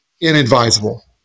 inadvisable